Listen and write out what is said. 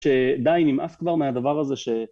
שדי נמאס כבר מהדבר הזה ש